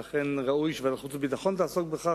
ולכן ראוי שוועדת החוץ והביטחון תעסוק בכך,